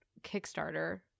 Kickstarter